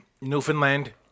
Newfoundland